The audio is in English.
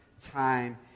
time